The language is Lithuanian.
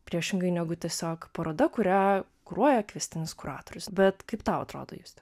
priešingai negu tiesiog paroda kurią kuruoja kviestinis kuratorius bet kaip tau atrodo juste